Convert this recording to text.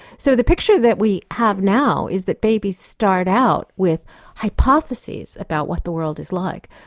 so the picture that we have now is that babies start out with hypotheses about what the world is like.